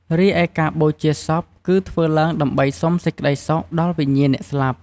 រីឯការបូជាសពគឺធ្វើឡើងដើម្បីសុំសេចក្ដីសុខដល់វិញ្ញាណអ្នកស្លាប់។